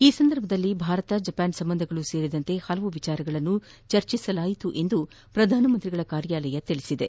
ಈ ಸಂದರ್ಭದಲ್ಲಿ ಭಾರತ ಜಪಾನ್ ಸಂಬಂಧಗಳು ಸೇರಿದಂತೆ ಹಲವಾರು ವಿಚಾರಗಳನ್ನು ಚರ್ಚಿಸಲಾಯಿತು ಎಂದು ಪ್ರಧಾನಮಂತ್ರಿ ಕಚೇರಿ ತಿಳಿಸಿದೆ